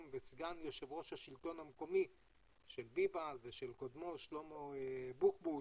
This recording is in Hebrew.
וסגן יו"ר השלטון המקומי של ביבס וקודמו שלמה בוחבוט,